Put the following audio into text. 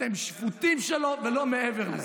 אתם שפוטים שלו, ולא מעבר לזה.